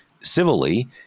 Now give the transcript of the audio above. civilly